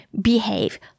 behave